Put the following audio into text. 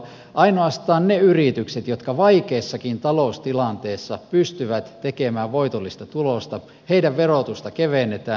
ainoastaan niiden yritysten jotka vaikeassakin taloustilanteessa pystyvät tekemään voitollista tulosta verotusta kevennetään